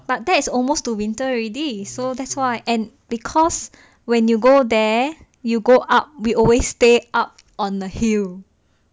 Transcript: but that is almost to winter already so that's why and because when you go there you go up we always stay up on the hill